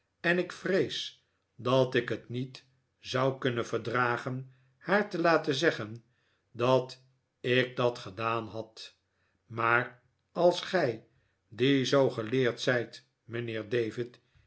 en ik vrees dat ik het xiiet zou kunnen verdragen haar te'laten zeggen dat ik dat gedaan had maar als gij die zoo geleerd zijt mijnheer david